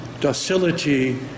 Docility